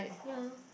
ya